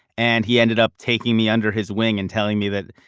and he ended up taking me under his wing and telling me that,